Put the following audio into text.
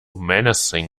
menacing